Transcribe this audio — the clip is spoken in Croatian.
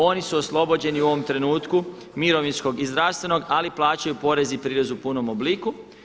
Oni su oslobođeni u ovom trenutku mirovinskog i zdravstvenog, ali plaćaju porez i prirez u punom obliku.